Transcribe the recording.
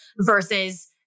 versus